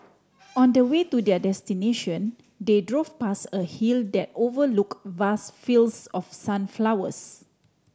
on the way to their destination they drove past a hill that overlook vast fields of sunflowers